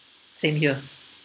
same here